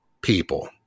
people